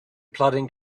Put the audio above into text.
plodding